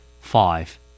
Five